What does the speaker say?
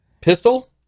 Pistol